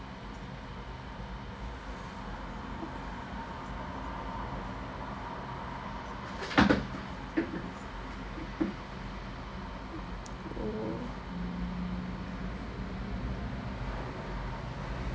oh